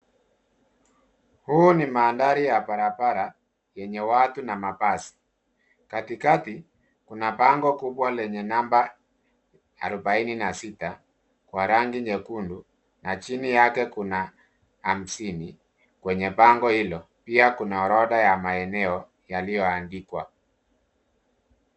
Huu ni mandhari ya barabara yenye watu na mabasi. Katikati, kuna bango kubwa lenye namba arobaini na sita kwa rangi nyekundu na chini yake kuna hamsini kwenye pango hilo pia kuna orodha ya maeneo yaliyoandikwa.